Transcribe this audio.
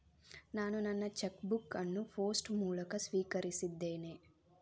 ನಾನು ನನ್ನ cheque book ಅನ್ನು ಪೋಸ್ಟ್ ಮೂಲಕ ಸ್ವೀಕರಿಸಿದ್ದೇನೆ